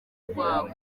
rwawe